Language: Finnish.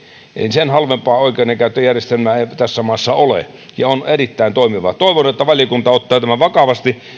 sen halvempaa oikeudenkäyttöjärjestelmää ei tässä maassa ole ja on erittäin toimiva toivon että valiokunta ottaa tämän vakavasti